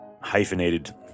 hyphenated